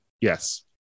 Yes